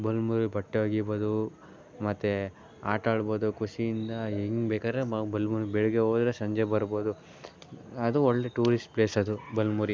ಬಲ್ಮುರಿಲಿ ಬಟ್ಟೆ ಒಗಿಬೋದು ಮತ್ತು ಆಟ ಆಡ್ಬೋದು ಖುಷಿಯಿಂದ ಹೆಂಗೆ ಬೇಕಾದರೆ ಮ ಬಲಮುರಿ ಬೆಳಗ್ಗೆ ಹೋದರೆ ಸಂಜೆ ಬರ್ಬೋದು ಅದು ಒಳ್ಳೆಯ ಟೂರಿಸ್ಟ್ ಪ್ಲೇಸದು ಬಲಮುರಿ